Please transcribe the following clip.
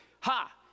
Ha